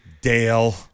Dale